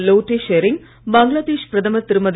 லோட்டே ஷெரிங் பங்களாதேஷ் பிரதமர் திருமதி